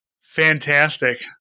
fantastic